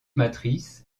matrice